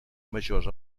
majors